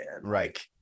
Right